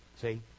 See